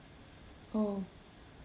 oh